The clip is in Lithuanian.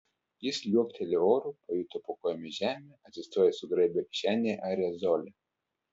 jis liuoktelėjo oru pajuto po kojomis žemę atsistojęs sugraibė kišenėje aerozolį